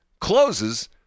closes